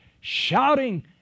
shouting